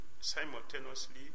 simultaneously